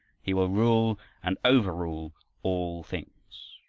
he will rule and overrule all things.